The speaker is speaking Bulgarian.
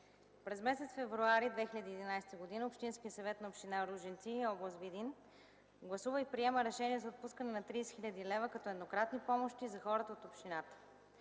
през месец февруари 2011 г. Общинският съвет на община Ружинци, област Видин, гласува и приема решение за отпускане на 30 хил. лв. като еднократни помощи за хората от общината.